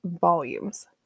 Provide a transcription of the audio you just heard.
volumes